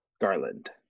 Garland